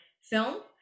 film